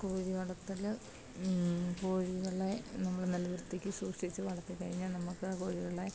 കോഴി വളര്ത്തല് കോഴികളേ നമ്മള് നല്ല വൃത്തിക്ക് സൂക്ഷിച്ചു വളര്ത്തിക്കകഴിഞ്ഞാല് നമ്മള്ക്ക് ആ കോഴികളെ